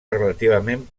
relativament